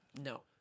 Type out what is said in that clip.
No